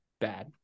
Bad